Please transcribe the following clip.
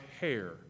hair